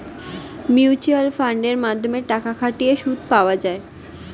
mutual ফান্ডের মাধ্যমে টাকা খাটিয়ে সুদ পাওয়া যায়